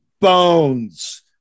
bones